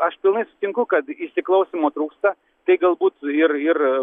aš pilnai sutinku kad įsiklausymo trūksta tai galbūt ir ir